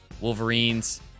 Wolverines